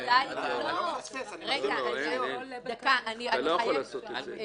אתה לא יכול לעשות את זה.